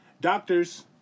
Doctors